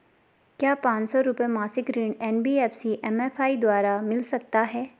क्या पांच सौ रुपए मासिक ऋण एन.बी.एफ.सी एम.एफ.आई द्वारा मिल सकता है?